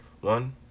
one